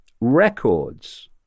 records